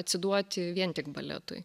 atsiduoti vien tik baletui